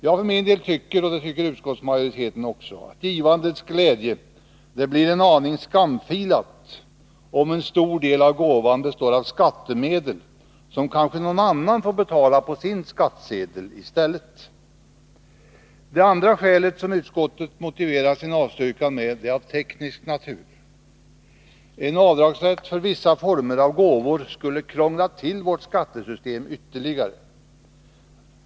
Jag, liksom utskottsmajoriteten, tycker att givandets glädje blir en aning skamfilad, om en stor del av gåvan består av skattemedel, som kanske någon annan får betala på sin skattsedel i stället. Det andra skälet som utskottet motiverar sin avstyrkan med är av teknisk natur. En avdragsrätt för vissa former av gåvor skulle ytterligare krångla till vårt skattesystem.